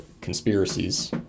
conspiracies